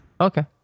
okay